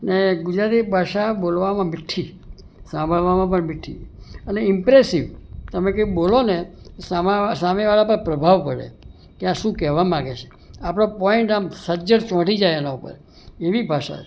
ને ગુજરાતી ભાષા બોલવામાં મીઠી સાંભળવામાં પણ મીઠી અને ઈમ્પ્રેસીવ અને તમે કંઈ બોલોને સામે સામેવાળા પર પ્રભાવ પડે કે આ શું કહેવા માંગે છે આપણા પોઈન્ટ આમ સજ્જડ ચોંટી જાય એના પર એવી ભાષા છે